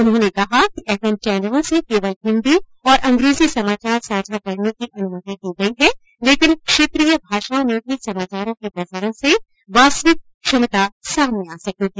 उन्होंने कहा कि एफएम चौनलों से केवल हिंदी और अंग्रेजी समाचार साझा करने की अनुमति दी गई है लेकिन क्षेत्रीय भाषाओं में भी समाचारों के प्रसारण से वास्तविक क्षमता सामने आ सकेगी